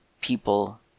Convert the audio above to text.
people